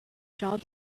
job